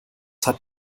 hat